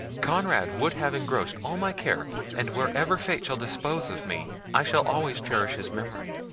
conrad would have engrossed all my care and wherever fate shall dispose of me, i shall always cherish his memory,